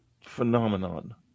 phenomenon